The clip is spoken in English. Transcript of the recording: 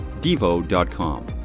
devo.com